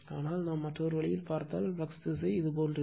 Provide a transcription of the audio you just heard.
ஆனால் வேறு வழியில் பார்த்தால் ஃப்ளக்ஸ் திசை இது போன்றது